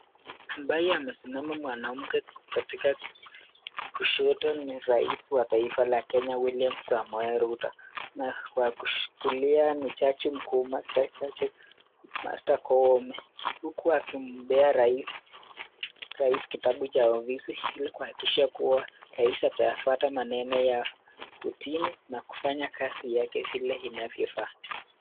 ambayo amesimama mwanaume katika kushoto ni rais wa taifa la Kenya William Samoei Ruto na kwa kulia ni jaji mkuu Martha Martha Koome huku akimpea rais rais kitabu cha ofisi ili kuhakikisha kuwa rais atayafuata maneno ya kortini na kufanya kazi yake vile inavyofaa.